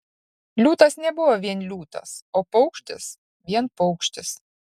liūtas nebuvo vien liūtas o paukštis vien paukštis